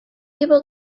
able